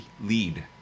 lead